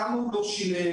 כמה לא שילם.